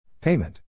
Payment